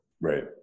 right